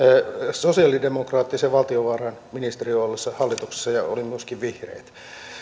sosialidemokraattisen valtiovarainministerin ollessa hallituksessa ja oli myöskin vihreät